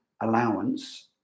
allowance